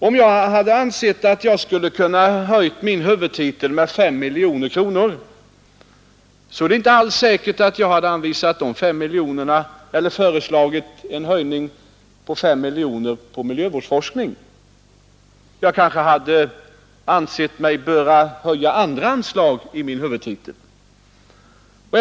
Om jag hade ansett att jag skulle kunna föreslå en höjning av anslagen under min huvudtitel med 5 miljoner kronor, är det inte alls säkert att jag hade föreslagit en höjning med 5 miljoner av anslaget till miljövårdsforskningen — jag kanske hade ansett mig böra föreslå höjning av andra anslag i min huvudtitel.